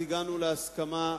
אז הגענו להסכמה.